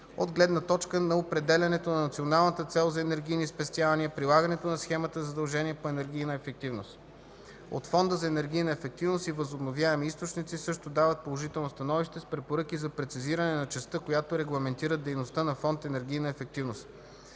от гледна точка на определянето на националната цел за енергийни спестявания, прилагането на схемата за задължения по енергийна ефективност. От Фонда за енергийна ефективност и възобновяеми източници също дават положително становище с препоръки за прецизиране на частта, която регламентира дейността на фонд „Енергийна ефективност”.